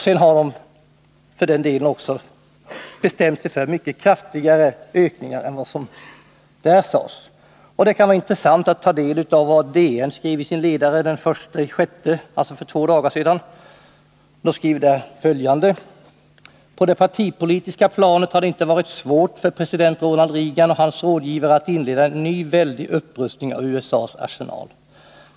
Sedan har NATO bestämt sig för en mycket kraftigare ökning än vad som sades då. Det kan vara intressant att ta del av vad Dagens Nyheter skrev i sin ledare den 1 juni, alltså för två dagar sedan. Man skriver: ”På det partipolitiska planet har det inte varit svårt för president Ronald Reagan och hans rådgivare att inleda en ny väldig upprustning av USA:s arsenal.